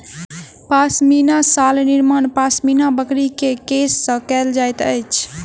पश्मीना शाल निर्माण पश्मीना बकरी के केश से कयल जाइत अछि